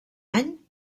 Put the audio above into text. any